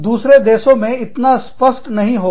दूसरे देशों में इतना स्पष्ट नहीं होंगे